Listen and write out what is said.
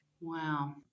Wow